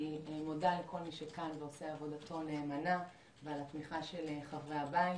אני מודה לכל מי שכאן ועושה עבודתו נאמנה ועל התמיכה של חברי הבית.